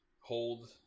hold